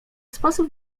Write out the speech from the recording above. sposób